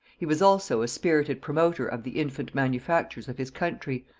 he was also a spirited promoter of the infant manufactures of his country,